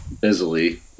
busily